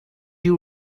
you